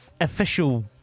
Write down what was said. official